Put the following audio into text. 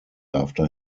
after